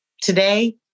Today